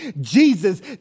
Jesus